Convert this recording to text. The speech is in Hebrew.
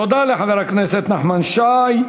תודה לחבר הכנסת נחמן שי.